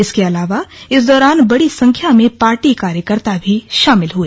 इसके अलावा इस दौरान बड़ी संख्या में पार्टी कार्यकर्ता भी शामिल हुए